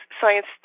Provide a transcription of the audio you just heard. science